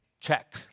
Check